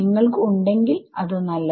നിങ്ങൾക്ക് ഉണ്ടെങ്കിൽ അത് നല്ലത്